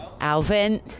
Alvin